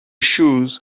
shoes